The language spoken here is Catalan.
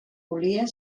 volia